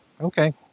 Okay